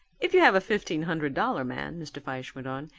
if you have a fifteen hundred dollar man, mr. fyshe went on,